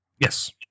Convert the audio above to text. Yes